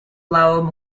lowell